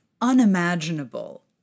unimaginable